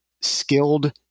skilled